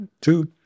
two